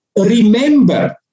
remember